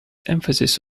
emphasis